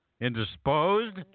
indisposed